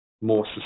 more